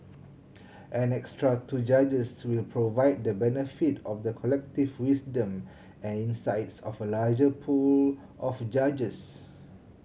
an extra two judges will provide the benefit of the collective wisdom and insights of a larger pool of judges